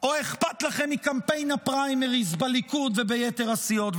או אכפת לכם מקמפיין הפריימריז בליכוד וביתר הסיעות?